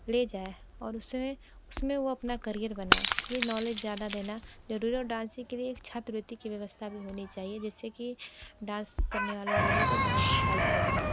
ले जाये और उसे उसमें वो अपना करियर बनाये ये नॉलेज ज़्यादा देना जरुरी है और डांसिंग के लिए छात्रवृति कि व्यवस्था भी होनी चाहिए जिससे कि डांस करने वाले लोगो को बहुत हेल्प होगी